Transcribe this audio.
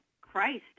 Christ